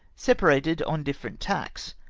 separated on difierent tacks,